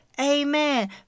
Amen